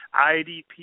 IDP